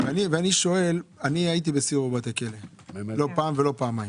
ואני הייתי בסיור בבתי כלא לא פעם ולא פעמיים.